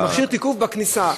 מכשיר תיקוף בכניסה.